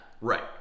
Right